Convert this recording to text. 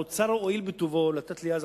האוצר הואיל בטובו לתת לי אז,